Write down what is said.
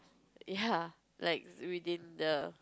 ya like within the